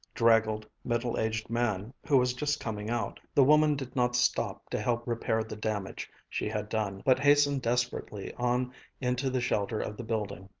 draggled, middle-aged man who was just coming out. the woman did not stop to help repair the damage she had done, but hastened desperately on into the shelter of the building.